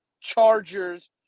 Chargers